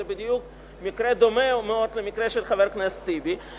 זה בדיוק מקרה דומה מאוד למקרה של חבר הכנסת טיבי,